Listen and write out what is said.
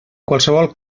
qualsevol